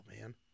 man